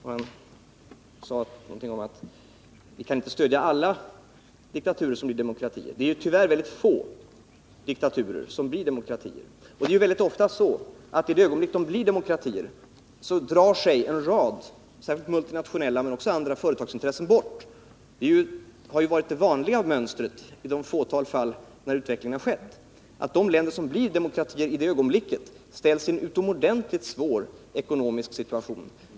Han sade att vi inte kan stödja alla diktaturer som blir demokratier. Men det är tyvärr bara ett fatal diktaturer som blir demokratier, och det är mycket ofta så att i samma ögonblick som de blir demokratier drar sig en rad företagsintressen — särskilt multinationella men också andra — bort. Det har varit det vanliga mönstret i det fåtal fall när en sådan utveckling har skett, och de länder som blir demokratier ställs i en utomordentligt svår ekonomisk situation.